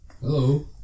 Hello